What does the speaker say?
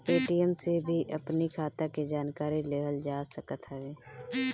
ATM से भी अपनी खाता के जानकारी लेहल जा सकत हवे